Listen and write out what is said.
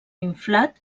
inflat